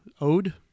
Ode